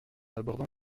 abordant